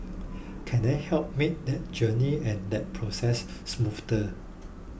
can I help make that journey and that process smoother